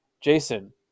jason